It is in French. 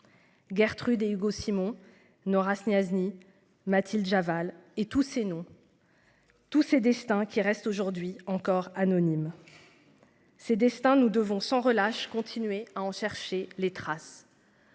Gertrude et Hugo Simon nos racines et Hasni Mathilde avale et tout c'est non. Tous ces destins qui reste aujourd'hui encore anonyme. Ces destins. Nous devons sans relâche continuer à en chercher les traces.